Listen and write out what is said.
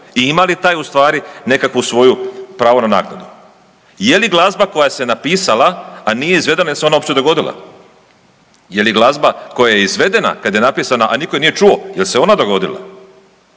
i ima li taj u stvari nekakvu svoju pravo na naknadu? Je li glazba koja se napisala, a nije izvedena, je li se ona uopće dogodila, je li glazba koja je izvedena kad je napisana, a nitko je nije čuo, jel se ona dogodila?